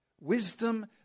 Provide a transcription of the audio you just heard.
Wisdom